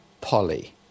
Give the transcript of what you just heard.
Polly